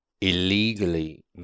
illegally